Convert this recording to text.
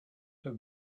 have